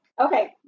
Okay